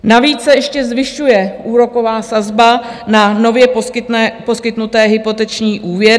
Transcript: Navíc se ještě zvyšuje úroková sazba na nově poskytnuté hypoteční úvěry.